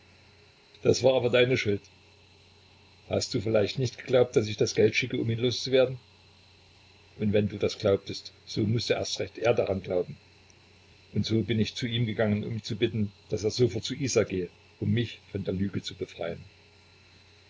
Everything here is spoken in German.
das war aber deine schuld hast du vielleicht nicht geglaubt daß ich das geld schickte um ihn loszuwerden und wenn du das glaubtest so mußte er erst recht daran glauben und so bin ich zu ihm gegangen um ihn zu bitten daß er sofort zu isa gehe um mich von der lüge zu befreien